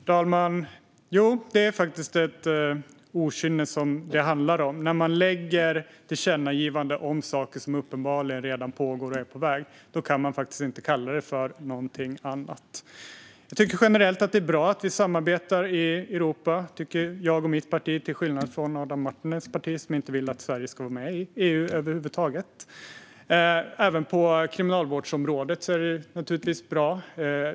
Herr talman! Jo, det handlar faktiskt om okynne när man lägger fram tillkännagivanden om saker som uppenbarligen redan pågår och är på väg. Då kan man faktiskt inte kalla det för något annat. Jag och mitt parti tycker generellt att det är bra att vi samarbetar i Europa, till skillnad från Adam Marttinens parti, som inte vill att Sverige ska vara med i EU över huvud taget. Även på kriminalvårdsområdet är det naturligtvis bra.